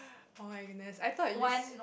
oh-my-goodness I thought you